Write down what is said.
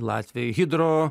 latvijoj hidro